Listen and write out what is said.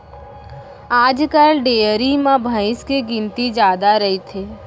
आजकाल डेयरी म भईंस के गिनती जादा रइथे